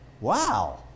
Wow